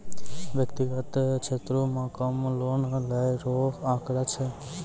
व्यक्तिगत क्षेत्रो म कम लोन लै रो आंकड़ा छै